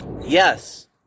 Yes